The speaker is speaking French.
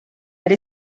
elle